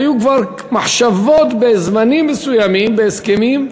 היו כבר מחשבות בזמנים מסוימים, בהסכמים,